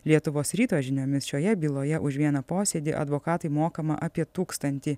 lietuvos ryto žiniomis šioje byloje už vieną posėdį advokatui mokama apie tūkstantį